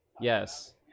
Yes